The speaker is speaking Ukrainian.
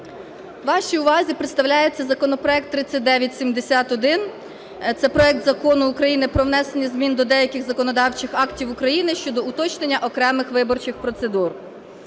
Вашій увазі представляється законопроект 3971. Це проект Закону України про внесення змін до деяких законодавчих актів України щодо уточнення окремих виборчих процедур.